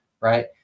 right